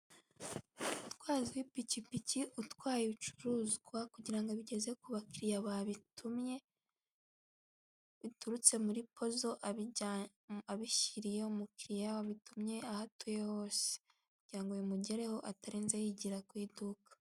Umutwazi w'ipikipiki utwaye ibicuruzwa kugira ngo abigeze kubakiliya babitumye, biturutse muri pozo abijya, abishyiriye umukiliya wabitumye aho atuye hose kugira ngo bimugereho atarinze yigira ku iduka.